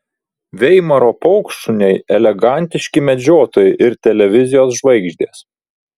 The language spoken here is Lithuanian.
veimaro paukštšuniai elegantiški medžiotojai ir televizijos žvaigždės